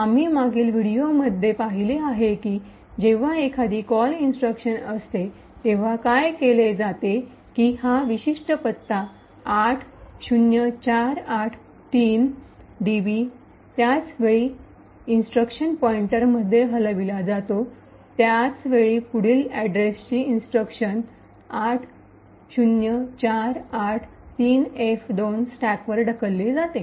आम्ही मागील व्हिडिओमध्ये पाहिले आहे की जेव्हा एखादी कॉल इंस्ट्रक्शन असते तेव्हा काय केले जाते की हा विशिष्ट पत्ता 80483db त्याच वेळी इंस्ट्रक्शन पॉईंटर मध्ये हलविला जातो त्याच वेळी पुढील अड्रेसची इंस्ट्रक्शन 080483f2 स्टॅकवर ढकलली जाते